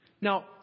Now